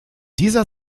dieser